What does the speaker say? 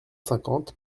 cinquante